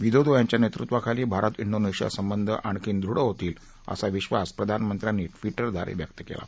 Widodo यांच्या नेतृत्वाखाली Bharat Indonesia संबंध आणखी दृढ होतील असा विश्वास प्रधानमंत्र्यांनी ट्विटद्वारे व्यक्त केला आहे